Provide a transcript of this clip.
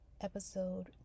episode